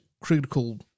critical